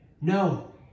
no